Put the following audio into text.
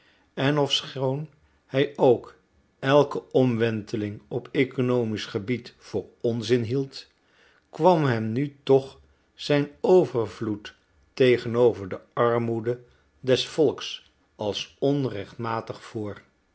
en ofschoon hij ook elke omwenteling op oeconomisch gebied voor onzin hield kwam hem nu toch zijn overvloed tegenover de armoede des volks als onrechtmatig voor